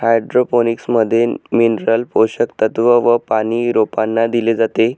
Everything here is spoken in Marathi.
हाइड्रोपोनिक्स मध्ये मिनरल पोषक तत्व व पानी रोपांना दिले जाते